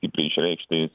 stipriai išreikštais